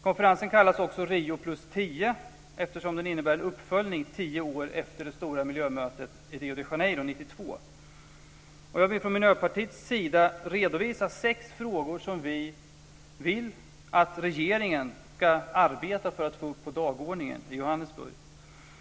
Konferensen kallas också för Rio +10, eftersom den innebär en uppföljning tio år efter det stora miljömötet i Rio de Janeiro år 1992. Från Miljöpartiets sida vill jag redovisa sex frågor som vi vill att regeringen ska arbeta för att få upp på dagordningen i Johannesburg.